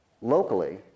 locally